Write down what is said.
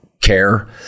care